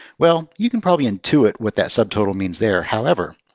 well, you can probably intuit what that subtotal means there. however,